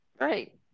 right